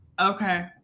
okay